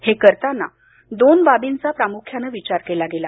हे करताना दोन बाबींचा प्रामुख्यानं विचार केला गेला